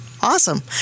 Awesome